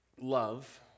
Love